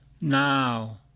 now